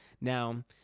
Now